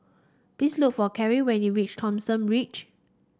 please look for Cary when you reach Thomson Ridge